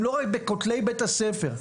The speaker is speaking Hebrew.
הן לא רק בכתלי בית הספר.